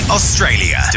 Australia